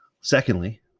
Secondly